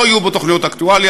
לא יהיו בו תוכניות אקטואליה,